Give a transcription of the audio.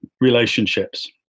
relationships